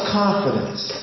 confidence